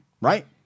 right